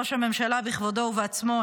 ראש הממשלה בכבודו ובעצמו,